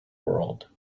world